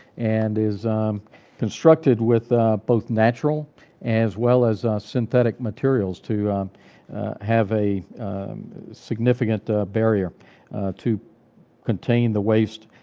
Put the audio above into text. and is constructed with both natural as well as synthetic materials to have a significant barrier to contain the waste,